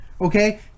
Okay